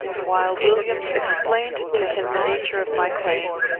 while williams explained to him the nature of my claim,